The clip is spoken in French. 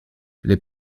les